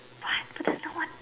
what I don't know what